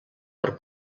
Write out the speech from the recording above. per